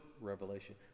revelation